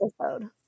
episode